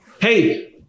Hey